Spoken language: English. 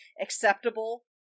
acceptable